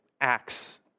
acts